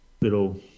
little –